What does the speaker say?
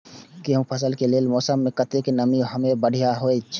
गेंहू के फसल के लेल मौसम में कतेक नमी हैब बढ़िया होए छै?